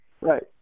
Right